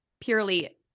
purely